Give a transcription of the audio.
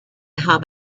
home